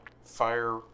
fire